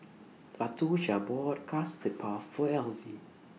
Latosha bought Custard Puff For Elzie